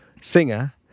Singer